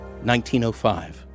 1905